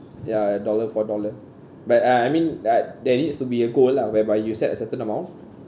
ya a dollar for a dollar but uh I mean uh there needs to be a goal lah whereby you set a certain amount